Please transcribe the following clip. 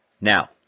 Now